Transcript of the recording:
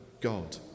God